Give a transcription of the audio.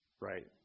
right